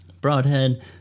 broadhead